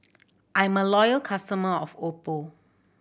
I'm a loyal customer of Oppo